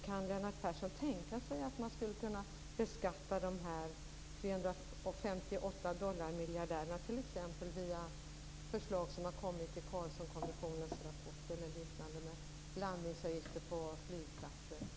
Kan Lennart Persson tänka sig att man skulle kunna beskatta de 358 dollarmiljardärerna, t.ex. genom förslag som kommit i Carlssonkommissionens rapport eller liknande? Ett exempel är landningsavgifter på flygplatser.